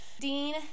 Dean